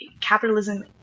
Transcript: capitalism